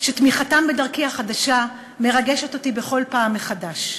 שתמיכתם בדרכי החדשה מרגשת אותי בכל פעם מחדש.